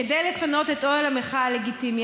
כדי לפנות את אוהל המחאה הלגיטימי.